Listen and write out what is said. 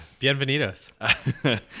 Bienvenidos